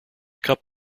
cup